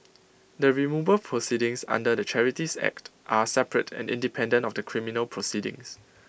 the removal proceedings under the charities act are separate and independent of the criminal proceedings